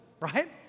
right